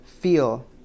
feel